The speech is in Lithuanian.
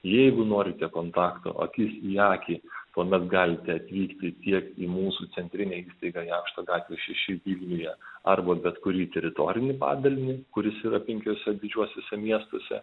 jeigu norite kontakto akis į akį tuomet galite atvykti tiek į mūsų centrinę įstaigą jakšto gatvė šeši vilniuje arba bet kurį teritorinį padalinį kuris yra penkiuose didžiuosiuose miestuose